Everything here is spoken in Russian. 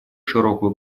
широкую